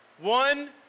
One